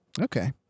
Okay